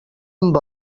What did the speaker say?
amb